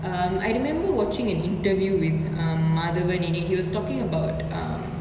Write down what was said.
um I remember watching an interview with um madhavan and he was talking about um